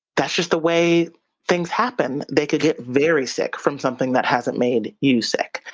that's just the way things happen. they could get very sick from something that hasn't made you sick.